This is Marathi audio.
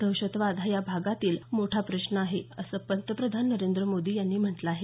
दहशतवाद हा या भागातला मोठा प्रश्न आहे असं पंतप्रधान नरेंद्र मोदी यांनी म्हटलं आहे